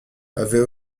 avait